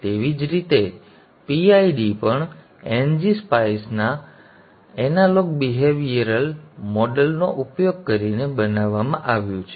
તેવી જ રીતે PID પણ ngSspice ના એનાલોગ બિહેવિયરલ મોડેલનો ઉપયોગ કરીને બનાવવામાં આવ્યું છે